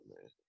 man